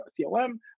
CLM